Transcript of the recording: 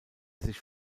sich